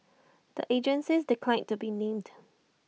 the agencies declined to be named